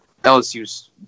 LSU's